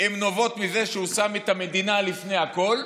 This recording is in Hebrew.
נובעים מזה שהוא שם את המדינה לפני הכול,